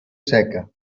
seca